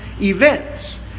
events